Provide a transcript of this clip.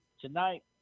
tonight